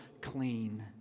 clean